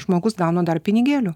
žmogus gauna dar pinigėlių